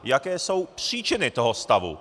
Jaké jsou příčiny toho stavu.